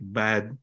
bad